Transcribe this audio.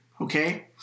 okay